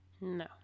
No